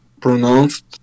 pronounced